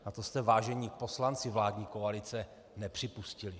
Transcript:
A to jste, vážení poslanci vládní koalice, nepřipustili.